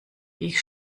ich